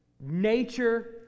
nature